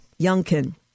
Youngkin